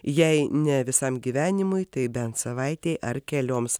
jei ne visam gyvenimui tai bent savaitei ar kelioms